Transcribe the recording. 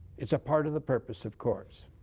it's a part of the purpose of courts.